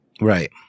Right